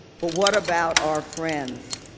but what about our friends?